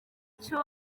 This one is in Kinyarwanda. cyo